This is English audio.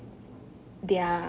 they're